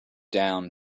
down